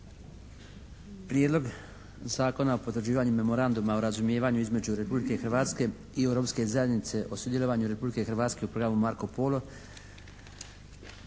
Prijedlog zakona o potvrđivanju Memoranduma o razumijevanju između Republike Hrvatske i Europske zajednice o sudjelovanju Republike Hrvatske u programu Marko Polo